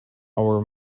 our